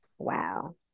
Wow